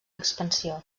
expansió